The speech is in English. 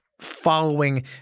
following